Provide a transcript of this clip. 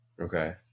Okay